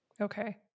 Okay